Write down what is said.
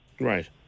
Right